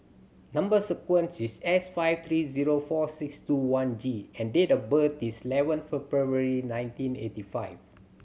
number sequence is S five three zero four six two one G and date of birth is eleven February nineteen eighty five